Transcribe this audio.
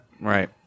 Right